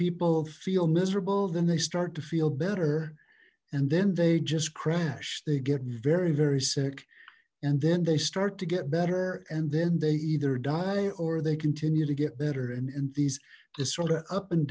people feel miserable then they start to feel better and then they just crash they get very very sick and then they start to get better and then they either die or they continue to get better and these just sort of up and